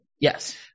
Yes